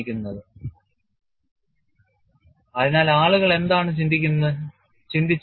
Experimental work of Wu അതിനാൽ ആളുകൾ എന്താണ് ചിന്തിച്ചത്